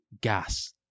gas